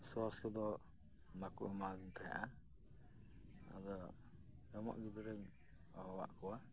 sauce ᱠᱚᱫᱚ ᱵᱟᱠᱚ ᱮᱢᱟᱫᱤᱧ ᱛᱟᱦᱮᱸᱜᱼᱟ ᱟᱫᱚ ᱮᱢᱚᱜ ᱜᱤᱫᱽᱨᱟᱹᱧ ᱦᱚᱦᱚᱣᱟᱫ ᱠᱚᱣᱟ